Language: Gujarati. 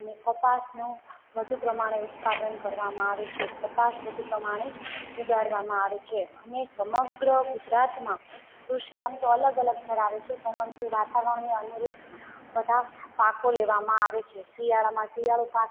ને કપાસનું વધુ પ્રમાણે ઉત્પાદન કરવામાં આવે છે કપાસ વધુ પ્રમાણે ઉગાડવામાં આવે છે અને સમગ્ર ગુજરાતમાં કૃષિ આમ તો અલગ અલગ ધરાવે છે પરંતુ વાતાવરણને અનુરૂપ બધા પાકો લેવામાં આવે છે શિયાળામાં શિયાળુ પાક